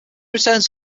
returns